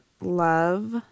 love